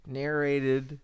narrated